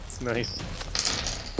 Nice